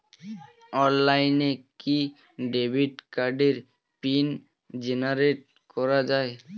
অনলাইনে কি ডেবিট কার্ডের পিন জেনারেট করা যায়?